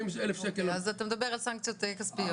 אתה מדבר על סנקציות כספיות.